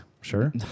Sure